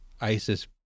ISIS